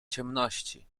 ciemności